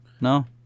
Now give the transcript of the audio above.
no